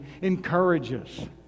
encourages